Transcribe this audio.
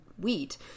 wheat